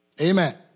Amen